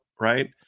right